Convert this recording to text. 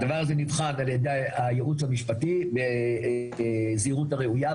הדבר הזה נבחן על ידי הייעוץ המשפטי בזהירות הראויה,